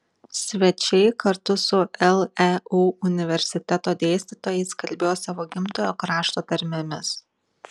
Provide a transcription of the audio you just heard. svečiai kartu su leu universiteto dėstytojais kalbėjo savo gimtojo krašto tarmėmis